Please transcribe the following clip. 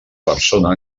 persona